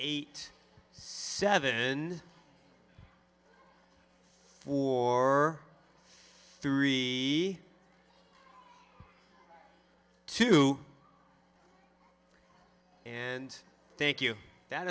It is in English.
eight seven in four three two and thank you that